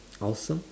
awesome